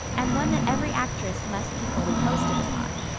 and one that every actress must be fully posted upon.